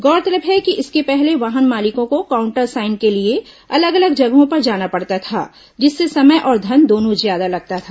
गौरतलब है कि इसके पहले वाहन मालिकों को काउंटर साईन के लिए अलग अलग जगहों पर जाना पड़ता था जिससे समय और धन दोनों ज्यादा लगता था